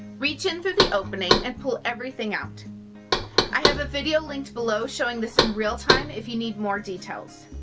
reach into the opening and pull everything out i have a video link below showing this in real time if you need more details